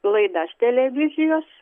laidas televizijos